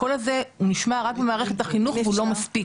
הקול הזה נשמע רק במערכת החינוך והוא לא מספיק.